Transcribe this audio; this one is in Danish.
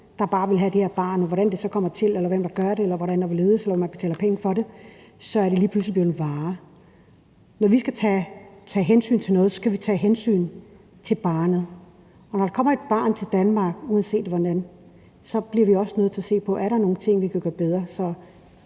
der bare vil have det her barn, og i forbindelse med hvordan det kommer til verden, hvem der gør det, hvordan og hvorledes, og om man betaler penge for det, så er det lige pludselig blevet en vare. Når vi skal tage hensyn til noget, skal vi tage hensyn til barnet. Og når der kommer et barn til Danmark – uanset hvordan – bliver vi også nødt til at se på, om der er nogle ting, vi kan gøre bedre.